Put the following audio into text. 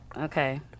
Okay